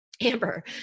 Amber